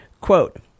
Quote